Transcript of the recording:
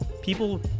people